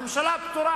הממשלה פטורה,